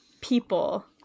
people